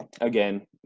again